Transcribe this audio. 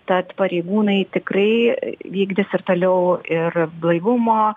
tad pareigūnai tikrai vykdys ir toliau ir blaivumo